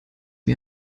wie